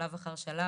שלב אחר שלב,